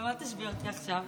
במה תשביע אותי עכשיו,